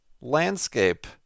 landscape